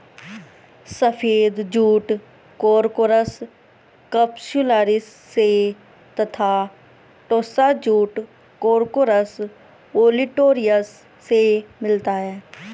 सफ़ेद jute Corchorus capsularis से तथा टोस्सा जूट कोर्कोरस ओलिटोरियस से मिलता है